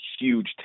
huge